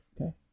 okay